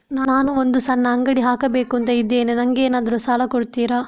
ನಾನು ಒಂದು ಸಣ್ಣ ಅಂಗಡಿ ಹಾಕಬೇಕುಂತ ಇದ್ದೇನೆ ನಂಗೇನಾದ್ರು ಸಾಲ ಕೊಡ್ತೀರಾ?